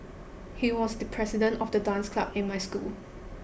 he was the president of the dance club in my school